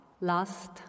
last